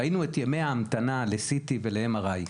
ראינו את ימי ההמתנה ל-CT ול-MRI.